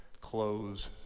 close